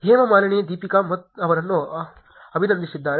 ಹೇಮಾ ಮಾಲಿನಿ ದೀಪಿಕಾ ಅವರನ್ನು ಅಭಿನಂದಿಸಿದ್ದಾರೆ